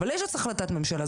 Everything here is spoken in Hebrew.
אבל יש החלטת ממשלה.